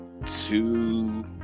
two